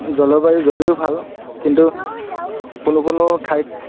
জলবায়ু যদিও ভাল কিন্তু কোনো কোনো ঠাইত